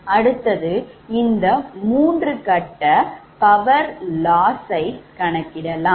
அடுத்தது இந்த 3 phase power loss சை கணக்கிடலாம்